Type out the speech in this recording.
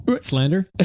Slander